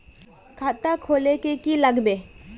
खाता खोल ले की लागबे?